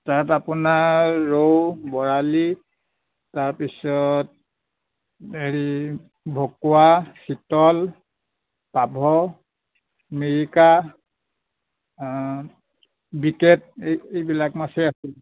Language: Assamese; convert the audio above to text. তাত আপোনাৰ ৰৌ বৰালি তাৰপিছত হেৰি ভকুৱা চিতল পাভ মিৰিকা বিকেট এই এইবিলাক মাছেই আছিল